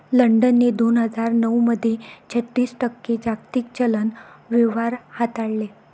लंडनने दोन हजार नऊ मध्ये छत्तीस टक्के जागतिक चलन व्यवहार हाताळले